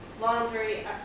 laundry